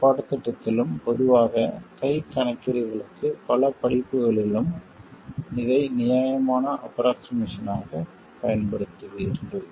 இந்தப் பாடத்திட்டத்திலும் பொதுவாக கைக் கணக்கீடுகளுக்கான பல படிப்புகளிலும் இதை நியாயமான ஆஃப்ரோக்ஷிமேசன் ஆகப் பயன்படுத்துவீர்கள்